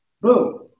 Boom